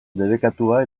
debekatua